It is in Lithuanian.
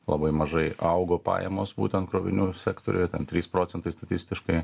labai mažai augo pajamos būtent krovinių sektoriuje trys procentai statistiškai